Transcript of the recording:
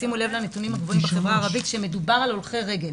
תשימו לב לנתונים הגבוהים בחברה הערבית כשמדובר על הולכי רגל.